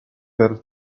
per